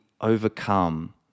overcome